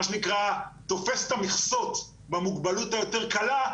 שנקרא תופס את המכסות במוגבלות היותר קלה,